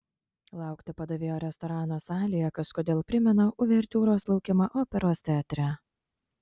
laukti padavėjo restorano salėje kažkodėl primena uvertiūros laukimą operos teatre